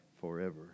forever